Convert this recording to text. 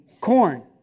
corn